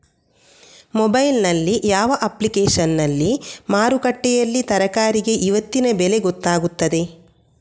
Mobile ನಲ್ಲಿ ಯಾವ ಅಪ್ಲಿಕೇಶನ್ನಲ್ಲಿ ಮಾರುಕಟ್ಟೆಯಲ್ಲಿ ತರಕಾರಿಗೆ ಇವತ್ತಿನ ಬೆಲೆ ಗೊತ್ತಾಗುತ್ತದೆ?